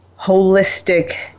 holistic